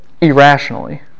irrationally